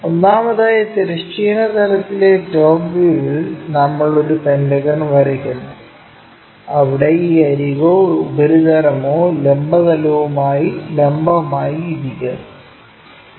ഒന്നാമതായി തിരശ്ചീന തലത്തിലെ ടോപ് വ്യൂവിൽ നമ്മൾ ഒരു പെന്റഗൺ വരയ്ക്കുന്നു അവിടെ ഈ അരികോ ഉപരിതലമോ ലംബ തലവുമായി ലംബമായി ഇരിക്കുന്നു